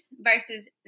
versus